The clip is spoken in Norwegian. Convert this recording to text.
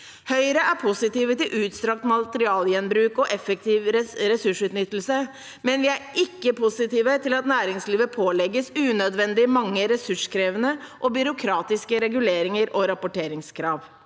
Høyre er positive til utstrakt materialgjenbruk og effektiv ressursutnyttelse, men vi er ikke positive til at næringslivet pålegges unødvendig mange ressurskrevende og byråkratiske reguleringer og rapporteringskrav.